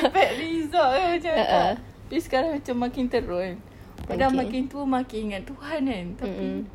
affect result lah macam tak tapi sekarang macam makin teruk kan padahal makin tua makin ingat tuhan kan tapi